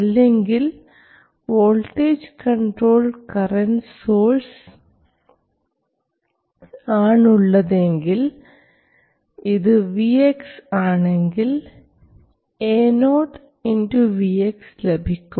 അല്ലെങ്കിൽ voltage controlled current source ആണ് ഉള്ളതെങ്കിൽ ഇത് Vx ആണെങ്കിൽ AoVx ലഭിക്കും